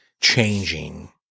changing